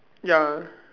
ya